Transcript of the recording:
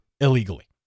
illegally